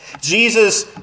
Jesus